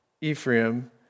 Ephraim